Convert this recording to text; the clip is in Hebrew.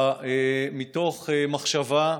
מתוך מחשבה.